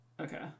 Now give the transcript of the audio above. Okay